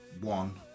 One